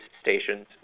stations